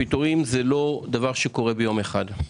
פיטורים זה לא דבר שקורה ביום אחד.